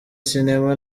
sinema